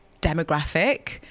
demographic